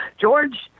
george